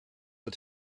but